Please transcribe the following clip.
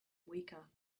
weaker